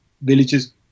villages